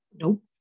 Nope